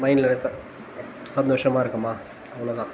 மயிண்ட்டில் லேசாக சந்தோஷமாக இருக்குமா அவ்வளோ தான்